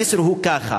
המסר הוא ככה: